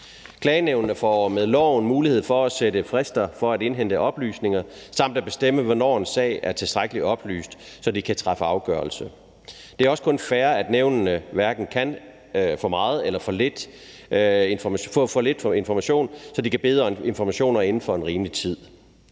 Klagenævnene får med loven mulighed for at sætte frister for at indhente oplysninger samt at bestemme, hvornår en sag er tilstrækkelig oplyst, så de kan træffe en afgørelse. Det er også kun fair, at nævnene hverken kan få for meget eller for lidt information, sådan at de kan bede om informationerne inden for en rimelig tid.